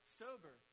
sober